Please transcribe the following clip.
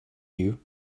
you